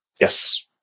Yes